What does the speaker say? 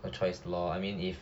no choice lor I mean if